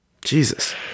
Jesus